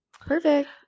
Perfect